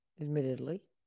admittedly